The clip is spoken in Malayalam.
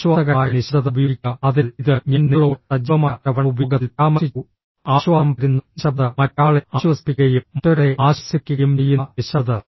ആശ്വാസകരമായ നിശബ്ദത ഉപയോഗിക്കുക അതിനാൽ ഇത് ഞാൻ നിങ്ങളോട് സജീവമായ ശ്രവണ ഉപയോഗത്തിൽ പരാമർശിച്ചു ആശ്വാസം പകരുന്ന നിശബ്ദത മറ്റൊരാളെ ആശ്വസിപ്പിക്കുകയും മറ്റൊരാളെ ആശ്വസിപ്പിക്കുകയും ചെയ്യുന്ന നിശബ്ദത